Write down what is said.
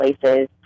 places